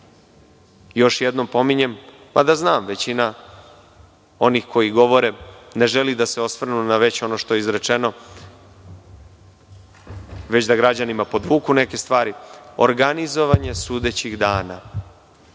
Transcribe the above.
još jednom pominjem, mada znam da većina onih koji govore, ne želi da se osvrnu na ono što je već izrečeno, već da građanima podvuku neke stvari, organizovanje sudećih dana.